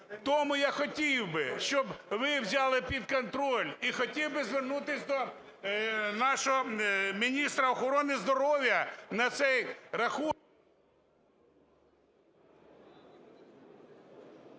Тому я хотів би, щоб ви взяли під контроль. І хотів би звернутись до нашого міністра охорони здоров'я на цей рахунок...